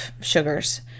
sugars